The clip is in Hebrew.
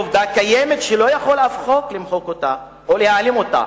וה"נכבה" היא עובדה קיימת שאף חוק לא יכול למחוק אותה או להעלים אותה.